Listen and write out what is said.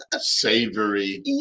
savory